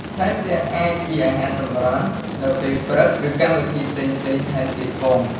ថែមទាំងអាចជាអាហារសម្រន់នៅពេលព្រឹកឬកម្មវិធីផ្សេងៗថែមទៀតផង។